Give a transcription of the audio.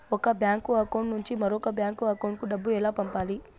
ఒక bank account నుంచి మరొక బ్యాంకు అకౌంట్ కు డబ్బు ఎలా పంపాలి